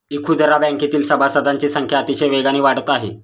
इखुदरा बँकेतील सभासदांची संख्या अतिशय वेगाने वाढत आहे